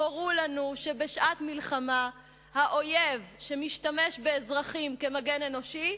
הורו לנו שבשעת מלחמה האויב שמשתמש באזרחים כמגן אנושי,